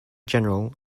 general